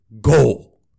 goal